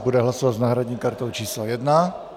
Bude hlasovat s náhradní kartou číslo 1.